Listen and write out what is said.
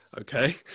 okay